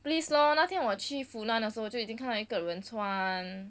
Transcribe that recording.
please lor 那天我去 funan 的时候就已经看到一个人穿